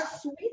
sweet